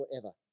forever